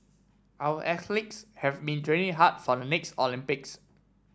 our athletes have been training hard for the next Olympics